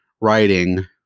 writing